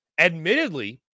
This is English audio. admittedly